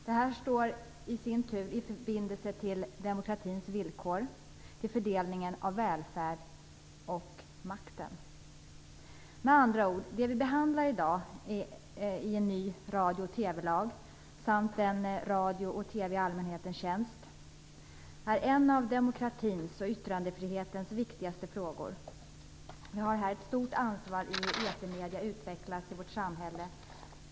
Detta står i sin tur i förbindelse med demokratins villkor, till fördelningen av välfärd och makt. Med andra ord, det vi behandlar i dag, en ny radio och TV-lag samt en radio och TV i allmänhetens tjänst, är en av demokratins och yttrandefrihetens viktigaste frågor. Vi har här ett stort ansvar i hur etermedierna utvecklas i vårt samhälle.